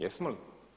Jesmo li?